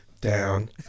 down